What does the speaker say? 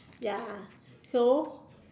ya so